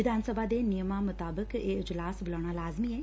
ਵਿਧਾਨ ਸਭਾ ਦੇ ਨਿਯਮਾਂ ਅਨੁਸਾਰ ਇਹ ਅਜਲਾਸ ਬੁਲਾਉਣਾ ਲਾਜ਼ਮੀ ਏ